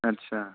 आदसा